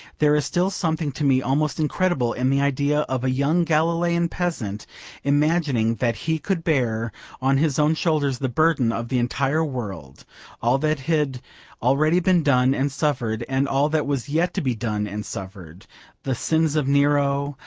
there is still something to me almost incredible in the idea of a young galilean peasant imagining that he could bear on his own shoulders the burden of the entire world all that had already been done and suffered, and all that was yet to be done and suffered the sins of nero,